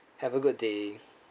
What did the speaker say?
have a good day